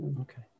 okay